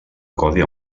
codi